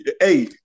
hey